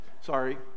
sorry